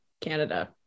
Canada